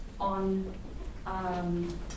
on